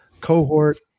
cohort